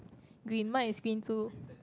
green mine is green too